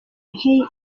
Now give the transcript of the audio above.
nkiyi